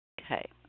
Okay